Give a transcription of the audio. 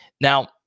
Now